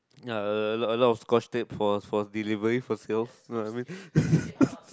ya a a lot of scotch tape for for delivery for sales you know what I mean